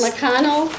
McConnell